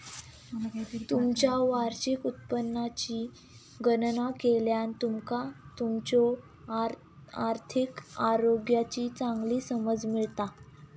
तुमचा वार्षिक उत्पन्नाची गणना केल्यान तुमका तुमच्यो आर्थिक आरोग्याची चांगली समज मिळता